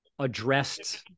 addressed